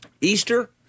Easter